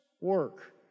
work